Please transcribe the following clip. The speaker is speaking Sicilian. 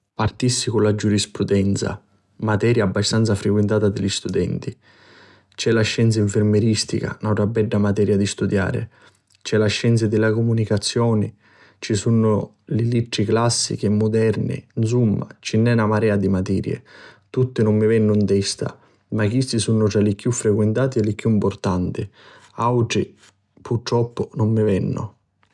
Partissi cu la Giurisprudenza, materia abbastanza friquintata di li studenti, c'è la scienza nfirmiristica, nautra bedda materia di studiari, c'è scienzi di la comunicazioni, ci sunnu li Littri Classichi e Muderni. Nsumma ci n'è na marea di materi, tutti nun mi vennu 'n testa ma chisti sunnu tra li chiù friquintati e li chiù mpurtanti. Autri nun mi ni vennu.